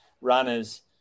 runners